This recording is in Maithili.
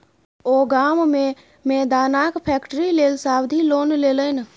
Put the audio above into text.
ओ गाममे मे दानाक फैक्ट्री लेल सावधि लोन लेलनि